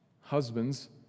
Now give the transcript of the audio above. Husbands